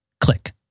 Click